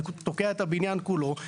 זה תוקע את הבניין כולו.